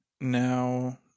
Now